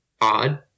odd